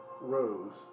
rose